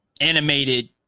animated